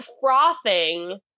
frothing